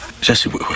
Jesse